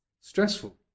stressful